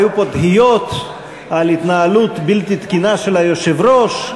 היו פה תהיות על התנהלות בלתי תקינה של היושב-ראש,